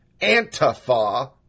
Antifa